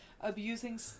abusing